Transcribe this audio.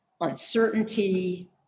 uncertainty